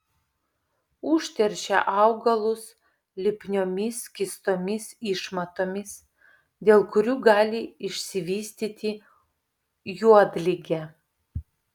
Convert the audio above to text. užteršia augalus lipniomis skystomis išmatomis dėl kurių gali išsivystyti juodligė